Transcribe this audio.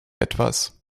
etwas